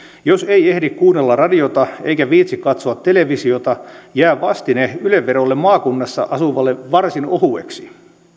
jos ei ehdi kuunnella radiota eikä viitsi katsoa televisiota jää vastine yle verolle maakunnassa asuvalle varsin ohueksi